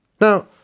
Now